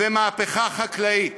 ומהפכה חקלאית?